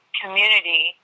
community